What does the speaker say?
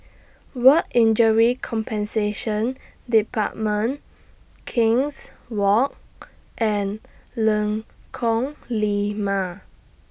Work Injury Compensation department King's Walk and Lengkong Lima